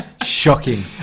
shocking